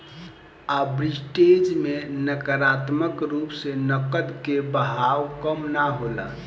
arbitrage में नकारात्मक रूप से नकद के बहाव कम ना होला